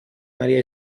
maria